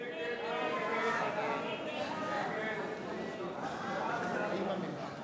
הצעת סיעת מרצ להביע אי-אמון בממשלה